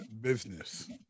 Business